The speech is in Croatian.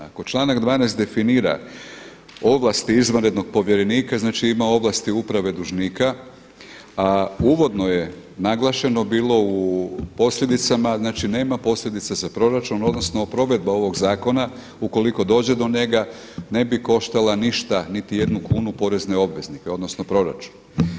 Ako članak 12. definira ovlasti izvanrednog povjerenika, znači ima ovlasti uprave dužnika, a uvodno je naglašeno bilo u posljedicama nema posljedicama za proračun odnosno provedba ovog zakona ukoliko dođe do njega ne bi koštala ništa niti jednu kunu porezne obveznike odnosno proračun.